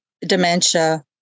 dementia